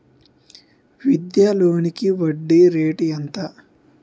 విద్యా లోనికి వడ్డీ రేటు ఎంత?